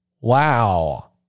wow